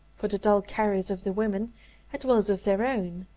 for the dull carriers of the women had wills of their own.